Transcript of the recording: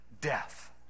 death